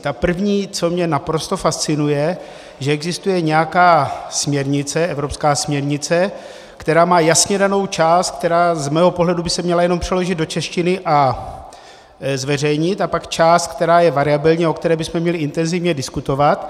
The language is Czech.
Ta první, co mě naprosto fascinuje, že existuje nějaká směrnice, evropská směrnice, která má jasně danou část, která z mého pohledu by se měla jenom přeložit do češtiny a zveřejnit, a pak část, která je variabilní a o které bychom měli intenzivně diskutovat.